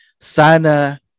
Sana